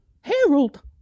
Harold